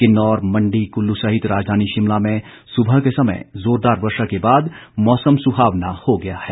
किन्नौर मंडी कुल्लू सहित राजधानी शिमला में सुबह के समय जोरदार वर्षा के बाद मौसम सुहावना हो गया है